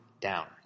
down